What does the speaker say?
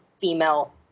female